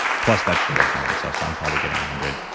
plus vegetables and all that stuff, so, i'm probably getting a hundred.